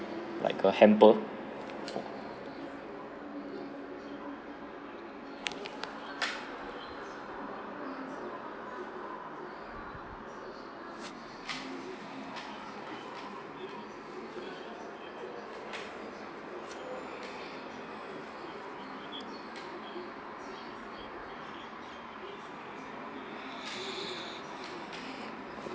like a hamper